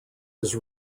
his